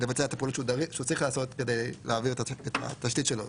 לבצע את הפעולות שהוא צריך לעשות כדי להעביר את התשתית שלו.